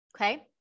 Okay